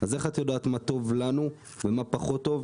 אז איך את יודעת מה טוב לנו ומה פחות טוב?